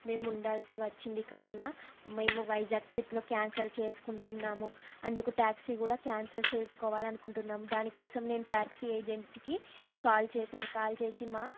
మేము ఉండాల్సి వచ్చింది కావున మేము వైజాగ్ ట్రిప్ని క్యాన్సల్ చేసుకుంటున్నాము అందుకు ట్యాక్సీ కూడా క్యాన్సల్ చేసుకోవాలని అనుకుంటున్నాం దానికోసం నేను ట్యాక్సీ ఏజెంట్కి కాల్ చేశాను కాల్ చేసి మా